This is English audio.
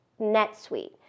NetSuite